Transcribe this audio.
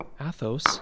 Athos